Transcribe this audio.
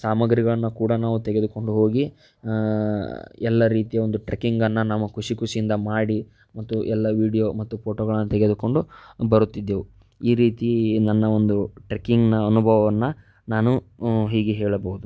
ಸಾಮಗ್ರಿಗಳನ್ನು ಕೂಡ ನಾವು ತೆಗೆದುಕೊಂಡು ಹೋಗಿ ಎಲ್ಲ ರೀತಿಯ ಒಂದು ಟ್ರಕ್ಕಿಂಗನ್ನು ನಾವು ಖುಷಿ ಖುಷಿಯಿಂದ ಮಾಡಿ ಮತ್ತು ಎಲ್ಲ ವೀಡಿಯೋ ಮತ್ತು ಫೋಟೋಗಳನ್ನು ತೆಗೆದುಕೊಂಡು ಬರುತ್ತಿದ್ದೆವು ಈ ರೀತಿ ನನ್ನ ಒಂದು ಟ್ರಕ್ಕಿಂಗ್ನ ಅನುಭವವನ್ನು ನಾನು ಹೀಗೆ ಹೇಳಬಹುದು